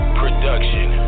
production